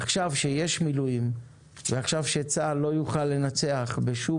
עכשיו כשיש מילואים ועכשיו כשצה"ל לא יוכל לנצח בשום